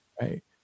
Right